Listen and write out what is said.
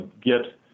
get